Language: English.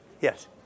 Yes